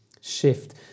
shift